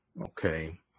okay